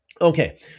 Okay